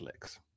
Netflix